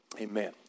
Amen